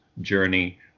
journey